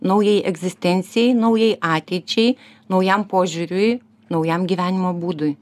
naujai egzistencijai naujai ateičiai naujam požiūriui naujam gyvenimo būdui